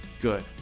good